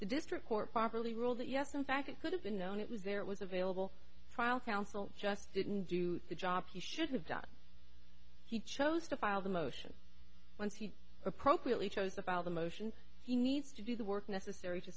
the district court properly ruled that yes in fact it could have been known it was there was available file counsel just didn't do the job he should have done he chose to file the motion once he appropriately chose about the motion he needs to do the work necessary to